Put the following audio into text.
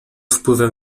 wpływem